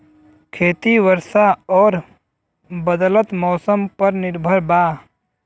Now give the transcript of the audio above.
खेती वर्षा और बदलत मौसम पर निर्भर बा